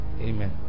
Amen